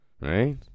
right